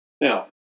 Now